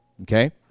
Okay